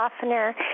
softener